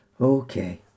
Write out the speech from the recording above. Okay